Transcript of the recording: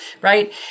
right